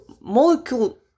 molecule